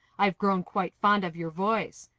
i've grown quite fond of your voice.